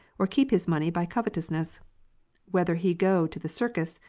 or keep his money by covetousness whether he go to the circus,